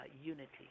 unity